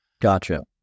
Gotcha